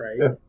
right